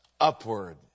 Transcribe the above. Upward